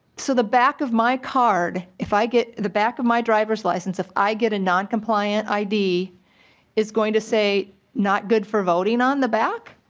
so the back of my card if i get the back of my drivers license if i get a noncompliant id is going to say not good for voting on the back?